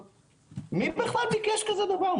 מי בכלל ביקש כזה דבר?